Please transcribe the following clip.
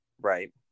Right